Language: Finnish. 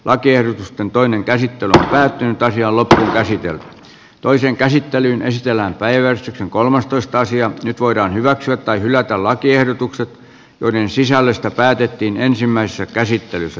lakiehdotusten toinen käsittely päättyy kaikkialla tehdä esityön toiseen käsittelyyn esitellään päiväys kolmastoista sija nyt voidaan hyväksyä tai hylätä lakiehdotukset joiden sisällöstä päätettiin ensimmäisessä käsittelyssä